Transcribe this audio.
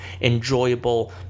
enjoyable